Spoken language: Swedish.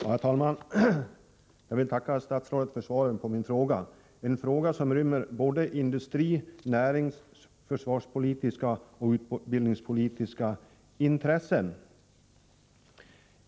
Herr talman! Jag vill tacka statsrådet för svaret på min fråga, en fråga som rymmer såväl industrioch näringspolitiska som försvarsoch utbildningspolitiska intressen.